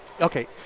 okay